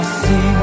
see